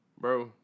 Bro